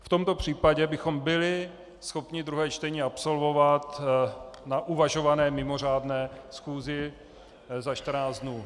V tomto případě bychom byli schopni druhé čtení absolvovat na uvažované mimořádné schůzi za čtrnáct dnů.